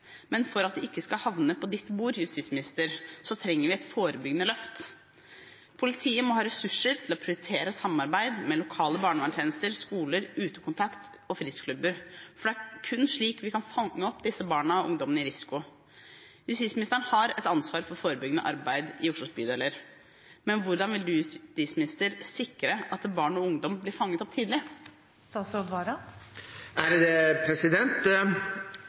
Men for at de ikke skal havne på justisministerens bord, trenger vi et forebyggende løft. Politiet må ha ressurser til å prioritere samarbeid med lokale barneverntjenester, skoler, utekontakt og fritidsklubber, for det er kun slik vi kan fange opp disse barna og ungdommene i risiko. Justisministeren har et ansvar for forebyggende arbeid i Oslos bydeler. Men hvordan vil justisministeren sikre at barn og ungdom blir fanget opp tidlig?